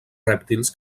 rèptils